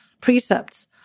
precepts